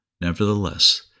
Nevertheless